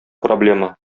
проблема